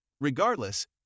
Regardless